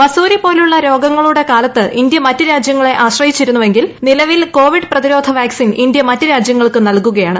വസൂരി പോലുള്ള രോഗങ്ങളുടെ കാലത്ത് ഇന്ത്യ മറ്റ് രാജ്യങ്ങളെ ആശ്രയിച്ചിരുന്നുവെങ്കിൽ നിലവിൽ കോവിഡ് പ്രതിരോധ വാക്സിൻ ഇന്ത്യ മറ്റ് രാജ്യങ്ങൾക്ക് നൽകുകയാണ്